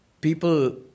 People